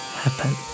happen